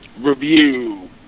review